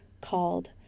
called